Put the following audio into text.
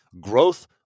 growth